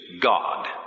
God